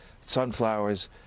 sunflowers